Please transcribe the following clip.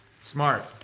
Smart